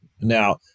Now